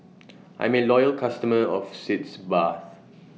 I'm A Loyal customer of Sitz Bath